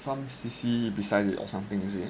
some C_C besides it or something is it